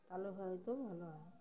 তাহলে হয়তো ভালো হয়